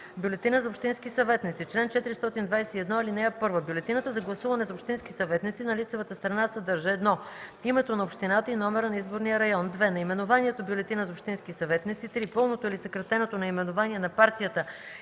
„Бюлетина за общински съветници Чл. 421. (1) Бюлетината за гласуване за общински съветници на лицевата страна съдържа: 1. името на общината и номера на изборния район; 2. наименованието „Бюлетина за общински съветници”; 3. пълното или съкратеното наименование на партията